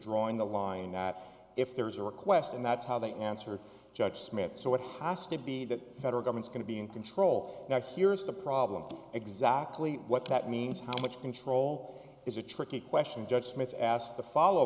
drawing the line that if there is a request and that's how they answer judge smith so it has to be that federal government's going to be in control now here's the problem exactly what that means how much control is a tricky question judge smith asked the follow